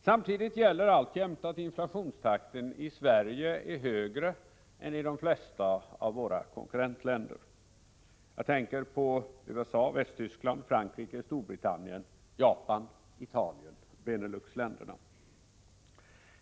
Samtidigt gäller alltjämt att inflationstakten i Sverige är högre än i de flesta av våra konkurrentländer - USA, Västtyskland, Frankrike, Storbritannien, Japan, Italien och Beneluxländerna.